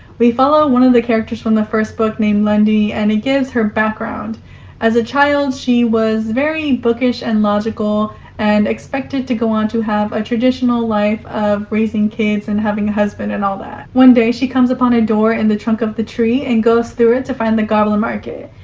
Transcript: we follow one of the characters from the first book named lundy and this gives her background as a child. she was very bookish and logical and was expected to go on to have a traditional life of raising kids and having a husband and all that. one day, she comes upon a door in the trunk of the tree and goes through it to find the goblin market.